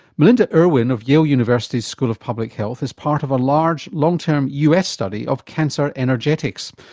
melinda irwin of yale university school of public health is part of a large long term us study of cancer energetics.